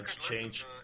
change